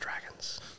Dragons